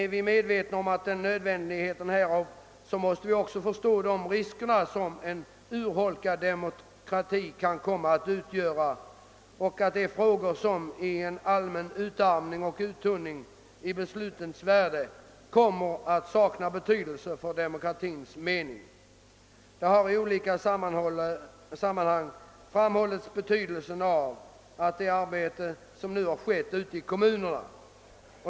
Är vi medvetna om nödvändigheten härav, måste vi också inse de risker som en urholkning av demokratin kan komma att medföra och att en allmän utarmning och uttunning av beslutens värde kan komma att beröva demokratin dess mening och innehåll. I olika sammanhang har man framhållit betydelsen av det arbete som skett ute i kommunerna.